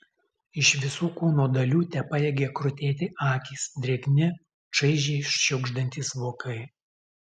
iš visų kūno dalių tepajėgė krutėti akys drėgni čaižiai šiugždantys vokai